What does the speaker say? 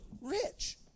rich